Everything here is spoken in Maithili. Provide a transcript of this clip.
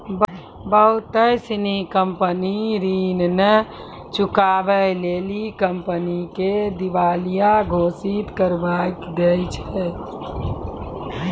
बहुते सिनी कंपनी ऋण नै चुकाबै लेली कंपनी के दिबालिया घोषित करबाय दै छै